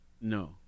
No